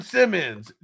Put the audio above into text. Simmons